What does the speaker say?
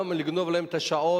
גם לגנוב להם את השעות,